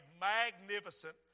magnificent